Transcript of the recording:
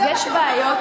יש בעיות